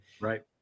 Right